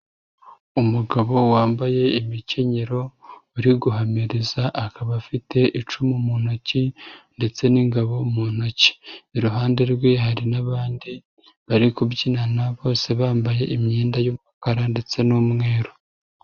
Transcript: Umugabo wambaye imikenyero, uri guhamiriza, akaba afite icumu mu ntoki ndetse n'ingabo mu ntoki. Iruhande rwe hari n'abandi bari kubyinana bose bambaye imyenda y'umukara ndetse n'umweru.